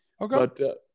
Okay